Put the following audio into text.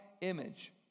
image